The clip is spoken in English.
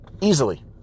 Easily